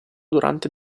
durante